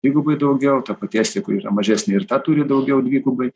dvigubai daugiau ta pati estija kuri yra mažesnė ir ta turi daugiau dvigubai